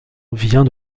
vient